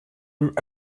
with